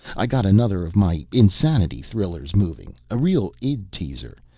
i got another of my insanity thrillers moving. a real id-teaser.